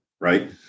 right